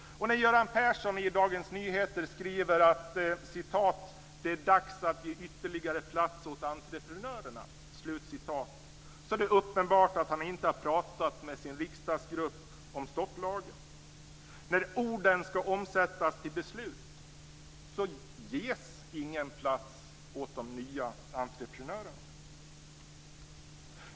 När Göran Persson i Dagens Nyheter skriver att det är dags att ge ytterligare plats åt entreprenörerna är det uppenbart att han inte har talat med sin riksdagsgrupp om stopplagen. När orden skall omsättas i beslut ges ingen plats åt de nya entreprenörerna.